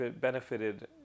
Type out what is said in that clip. benefited